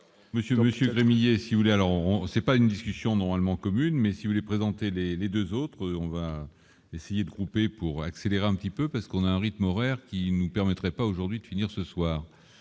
voulez, alors on sait pas une discussion normalement commune mais si vous les présenter les les 2 autres ont essayer de couper pour accélérer un petit peu parce qu'on a un rythme horaire qui nous permettraient pas aujourd'hui tenir ce soir.